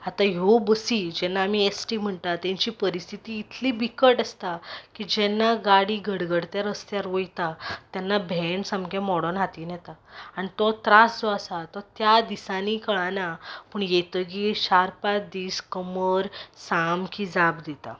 आतां ह्यो बसी जेन्ना आमी एस टी म्हणटात तेंची परिस्थिती इतली बिकट आसता की जेन्ना गाडी गडगडत्या रस्त्यार वयता तेन्ना भेंड सामकें मोडून हातीन येता आनी तो त्रास जो आसा तो त्या दिसांनी कळाना पूण येतगीर शार पांच दीस कमर सामकी जाप दिता